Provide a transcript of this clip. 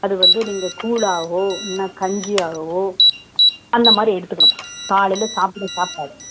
அது வந்து நீங்கள் கூழாவோ இல்லைனா கஞ்சியாகவோ அந்தமாதிரி எடுத்துக்கிடணும் காலையில் சாப்பிட்ற சாப்பாடை